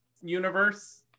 universe